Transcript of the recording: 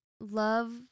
love